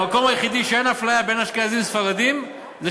המקום היחידי שאין שם אפליה בין אשכנזים לספרדים זה,